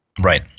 right